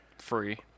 Free